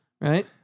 Right